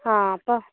ആ അപ്പോൾ